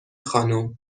خانم